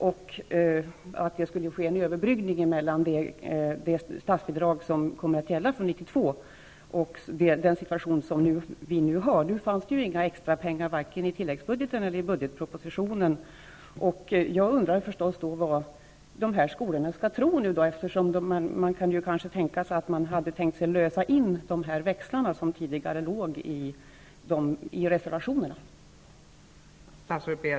Det skulle alltså ske en överbryggning mellan det statsbidrag som kommer att gälla från 1992 och den situation som nu råder. Nu fanns inga extra pengar reserverade i vare sig tilläggsbudgeten eller i budgetpropositionen. Vad skall nu dessa skolor tro? Det kan ju tänkas att de nu avsåg tt lösa in de växlar som fanns med i reservationerna.